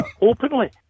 Openly